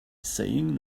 saying